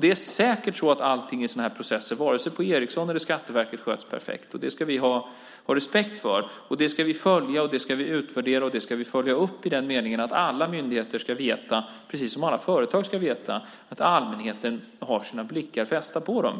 Det är säkert så att allting i sådana här processer, vare sig det är hos Ericsson eller det är på Skatteverket, sköts perfekt. Det ska vi ha respekt för, och det ska vi följa, utvärdera och följa upp i den meningen att alla myndigheter, precis som alla företag, ska veta att allmänheten har blicken fästad på dem.